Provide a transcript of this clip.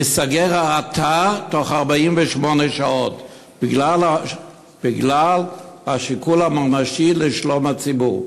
ייסגר האתר תוך 48 שעות בגלל הסיכון הממשי לשלום הציבור.